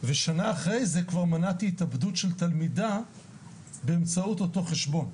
ושנה אחרי זה כבר מנעתי התאבדות של תלמידה באמצעות אותו חשבון.